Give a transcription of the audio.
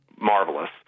marvelous